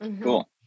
Cool